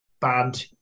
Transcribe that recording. bad